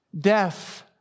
death